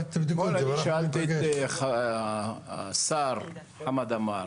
אתמול שאלתי את השר חמד עמאר,